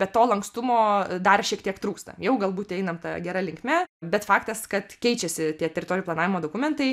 bet to lankstumo dar šiek tiek trūksta jau galbūt einam ta gera linkme bet faktas kad keičiasi tie teritorijų planavimo dokumentai